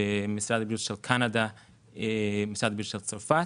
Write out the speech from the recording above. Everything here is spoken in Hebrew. משרד הבריאות של קנדה ומשרד הבריאות של צרפת,